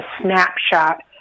snapshot